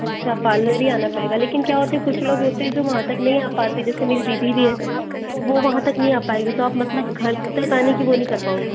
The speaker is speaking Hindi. अच्छा पार्लर ही आना पड़ेगा लेकिन क्या होता कुछ लोग होते हैं जो वहाँ तक नही आ पाते जैसे मेरी दीदी भी है तो वो वहाँ तक नहीं आ पाएगी तो आप मतलब घर तक आने की वो नहीं कर पाओगे